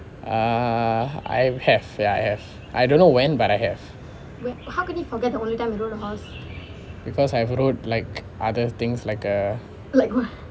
err I have I have I don't know when but I have because I have rode like other things like uh